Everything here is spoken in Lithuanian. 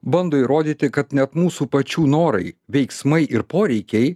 bando įrodyti kad net mūsų pačių norai veiksmai ir poreikiai